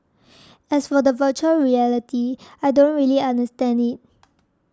as for the Virtual Reality I don't really understand it